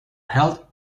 held